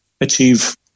achieve